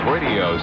radio